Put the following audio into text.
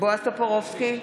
בועז טופורובסקי,